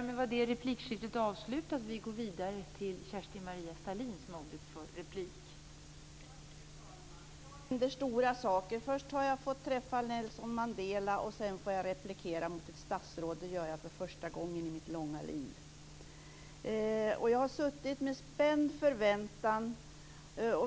Fru talman! I dag händer stora saker. Först har jag fått träffa Nelson Mandela, sedan får jag replikera mot ett statsråd. Det gör jag för första gången i mitt långa liv. Jag har i spänd förväntan